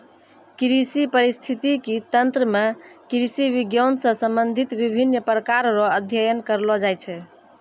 कृषि परिस्थितिकी तंत्र मे कृषि विज्ञान से संबंधित विभिन्न प्रकार रो अध्ययन करलो जाय छै